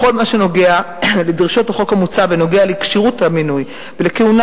בכל מה שנוגע לדרישות החוק המוצע בנוגע לכשירות המינוי ולכהונה